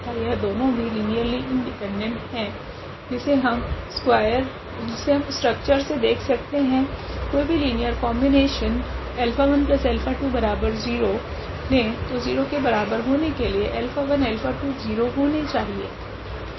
तथा यह दोनों भी लीनियरली इंडिपेंडेंट है जिसे हम स्ट्रक्चर से देख सकते है कोई भी लिनियर कॉम्बिनेशन 𝛼1𝛼20 ले तो 0 के बराबर होने के लिए 𝛼1 𝛼2 0 होने चाहिए